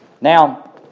Now